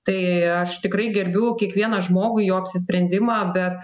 tai aš tikrai gerbiu kiekvieną žmogų jo apsisprendimą bet